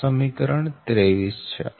આ સમીકરણ 23 છે